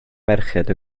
merched